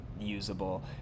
usable